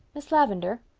miss lavendar,